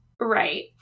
Right